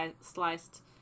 sliced